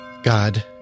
God